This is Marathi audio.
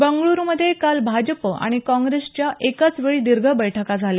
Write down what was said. बंगळूरुमधे काल भाजप आणि काँग्रेसच्या एकाचवेळी दीर्घ बैठका झाल्या